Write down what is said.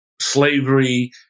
slavery